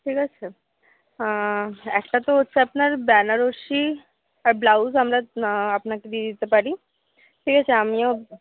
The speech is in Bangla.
ঠিক আছে একটা তো হচ্ছে আপনার বেনারসি আর ব্লাউজ আমরা আপনাকে দিয়ে দিতে পারি ঠিক আছে আমিও